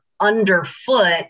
underfoot